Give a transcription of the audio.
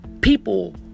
People